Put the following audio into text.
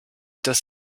does